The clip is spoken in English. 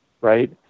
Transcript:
Right